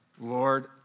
Lord